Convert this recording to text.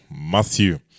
Matthew